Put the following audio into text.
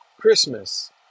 Christmas